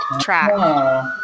track